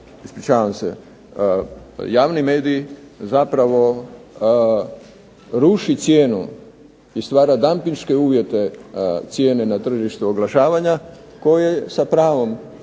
ispričavam se javni mediji zapravo ruši cijenu i stvara dampinške uvjete cijene na tržištu oglašavanja koje sa pravom